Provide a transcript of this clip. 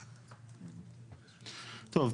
טוב.